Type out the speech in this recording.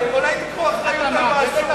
אולי תיקחו אחריות על מעשה,